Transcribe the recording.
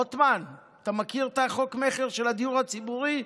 רוטמן, אתה מכיר את חוק המכר של הדיור הציבורי,